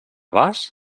vas